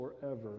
forever